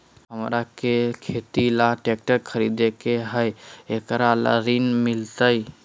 हमरा के खेती ला ट्रैक्टर खरीदे के हई, एकरा ला ऋण मिलतई?